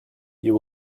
you